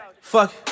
Fuck